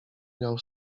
miał